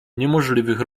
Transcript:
niemożliwych